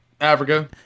Africa